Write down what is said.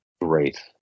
Great